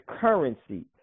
currency